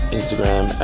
Instagram